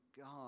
God